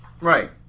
Right